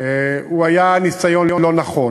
היה ניסיון לא נכון.